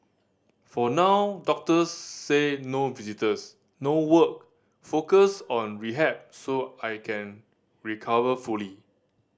for now doctors say no visitors no work focus on rehab so I can recover fully